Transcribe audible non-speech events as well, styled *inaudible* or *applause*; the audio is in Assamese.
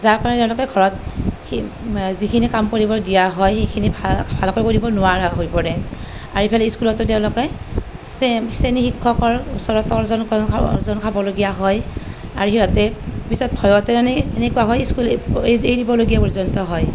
যাৰ কাৰণে তেওঁলোকে ঘৰত *unintelligible* যিখিনি কাম কৰিব দিয়া হয় সেইখিনি ভাল ভালকৈ কৰিব নোৱাৰা হৈ পৰে আৰু ইফালে স্কুলতো তেওঁলোকে শ্ৰেণী শিক্ষকৰ ওচৰত তৰ্জন গৰ্জন খা খাৱলগীয়া হয় আৰু সিহঁতে পিছত ভয়তে মানে এনেকুৱা হয় স্কুল এৰি এৰিব লগীয়া পৰ্যন্ত হয়